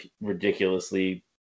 ridiculously